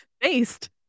Based